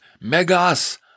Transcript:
Megas